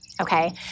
Okay